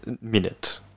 minute